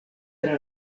tra